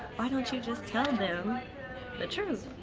why don't you just tell them the truth.